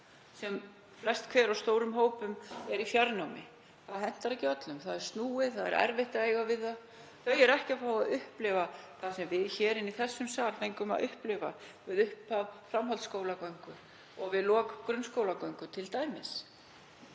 sem flest hver eru í fjarnámi. Það hentar ekki öllum. Það er snúið. Það er erfitt að eiga við það. Þau fá ekki að upplifa það sem við hér inni í þessum sal fengum t.d. að upplifa við upphaf framhaldsskólagöngu og við lok grunnskólagöngu.